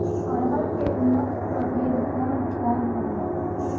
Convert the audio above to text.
अरहर के उन्नत प्रभेद कौन कौनहोला?